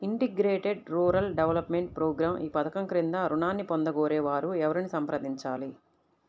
Integrated rural development program ఈ పధకం క్రింద ఋణాన్ని పొందగోరే వారు ఎవరిని సంప్రదించాలి?